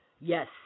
Yes